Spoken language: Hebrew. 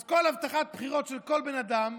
אז בכל הבטחת בחירות של כל בן אדם,